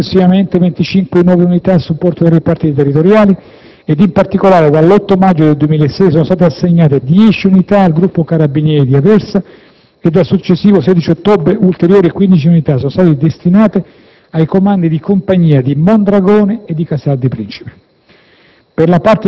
assegnando complessivamente 25 nuove unità a supporto dei reparti territoriali ed, in particolare, dall'8 maggio del 2006 sono state assegnate 10 unità al Gruppo Carabinieri di Aversa e, dal successivo 16 ottobre, ulteriori 15 unità sono state destinate ai Comandi Compagnia di Mondragone e di Casal di Principe.